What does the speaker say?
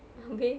habis